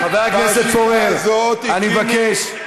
חבר הכנסת פורר, אני מבקש.